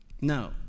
No